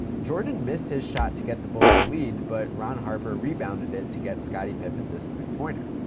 jordan missed his shot to get the bulls the lead, but ron harper rebounded it to get scottie pippen this three pointer.